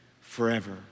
forever